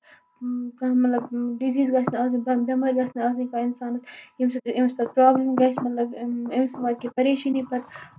مطلب ڈِزیٖز گژھِ نہٕ آسٕنۍ کانٛہہ بٮ۪مٲرۍ گژھِ نہٕ آسٕنۍ کانٚہہ اِنسانَس ییٚمہِ سۭتۍ پَتہٕ أمِس پرابلِم گژھِ مطلب أمِس وۄتھہِ پَریشٲنۍ پَتہٕ